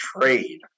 trade